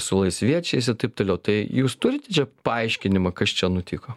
su laisviečiais ir taip toliau tai jūs turite čia paaiškinimą kas čia nutiko